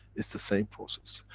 it's the same process.